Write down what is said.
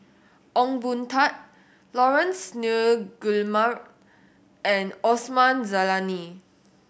Ong Boon Tat Laurence Nunns Guillemard and Osman Zailani